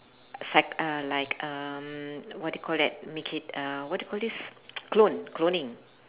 uh like um what do you call that make it uh what do you call this clone cloning